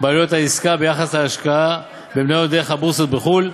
בעלויות העסקה ביחס להשקעה במניות דרך הבורסות בחו"ל,